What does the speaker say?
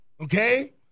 okay